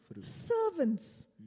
servants